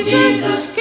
Jesus